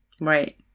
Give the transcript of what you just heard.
right